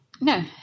no